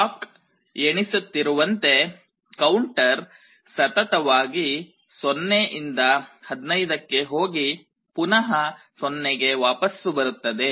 clock ಎಣಿಸುತ್ತಿರುವಂತೆ counter ಸತತವಾಗಿ 0 ಇಂದ 15 ಕ್ಕೆ ಹೋಗಿ ಪುನಃ 0 ಗೆ ವಾಪಸ್ಸು ಬರುತ್ತದೆ